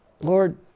Lord